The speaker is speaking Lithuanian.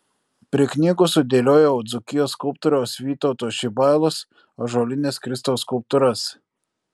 prie knygų sudėliojau dzūkijos skulptoriaus vytauto šibailos ąžuolines kristaus skulptūras